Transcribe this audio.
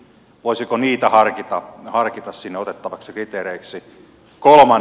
voisiko niitä harkita sinne otettavaksi kriteereiksi